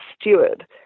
steward